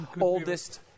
oldest